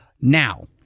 Now